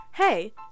Hey